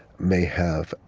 may have,